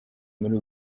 muri